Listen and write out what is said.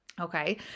Okay